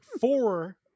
four